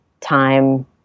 time